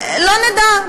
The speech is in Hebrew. לא נדע.